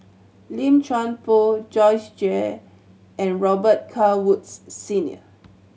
Lim Chuan Poh Joyce Jue and Robet Carr Woods Senior